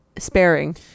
sparing